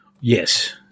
Yes